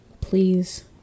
Please